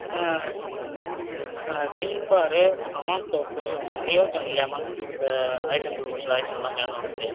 on Rin bar Hamam soap லியோஜால் lemon இந்த ஐட்டங்கள் ஒரு சில ஐட்டங்கள் எல்லாம் வேணும் எனக்கு